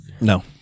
No